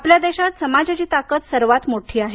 आपल्या देशात समाजाची ताकद सर्वात मोठी आहे